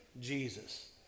Jesus